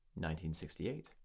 1968